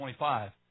25